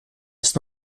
ist